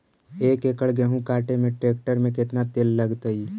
एक एकड़ गेहूं काटे में टरेकटर से केतना तेल लगतइ?